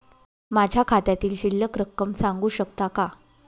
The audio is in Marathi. माझ्या खात्यातील शिल्लक रक्कम सांगू शकता का?